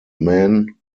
men